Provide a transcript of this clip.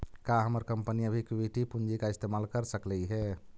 का हमर कंपनी अभी इक्विटी पूंजी का इस्तेमाल कर सकलई हे